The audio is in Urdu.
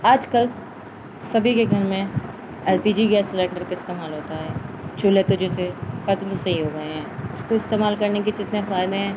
آج کل سبھی کے گھر میں L P G gas cylinder کا استعمال ہوتا ہے چولہے تو جیسے قدم صحیح ہو گئے ہیں اس کو استعمال کرنے کے جتنے فائدے ہیں